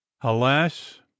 ALAS